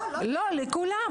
לא, לכולם.